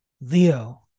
Leo